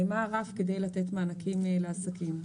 מה הרף כדי לתת מענקים לעסקים,